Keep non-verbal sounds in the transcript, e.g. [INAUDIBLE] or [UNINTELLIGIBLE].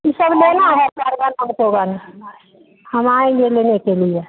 ये सब लेना है [UNINTELLIGIBLE] हमको [UNINTELLIGIBLE] हम आएँगे लेने के लिए